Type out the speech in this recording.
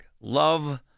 Love